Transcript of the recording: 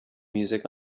music